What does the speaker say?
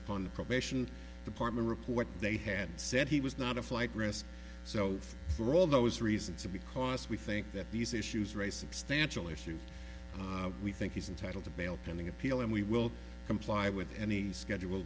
the probation department report they had said he was not a flight risk so for all those reasons or because we think that these issues raised substantial issues we think he's entitled to bail pending appeal and we will comply with any schedule